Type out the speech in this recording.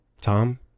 Tom